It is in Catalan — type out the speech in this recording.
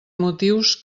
motius